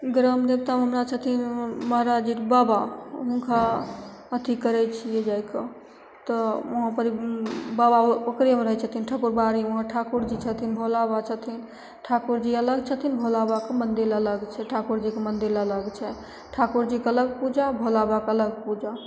ग्रामदेवता हमरा छथिन महराजजी बाबा हुनका अथी करै छिए जाके तऽ उहाँपर बाबा ओकरेमे रहै छथिन ठकुरबाड़ीमे उहाँ ठाकुरजी छथिन भोला बाबा छथिन ठाकुरजी अलग छथिन भोला बाबाके मन्दिर अलग छै ठाकुरजीके मन्दिर अलग छै ठाकुरजीके अलग पूजा भोला बाबाके अलग पूजा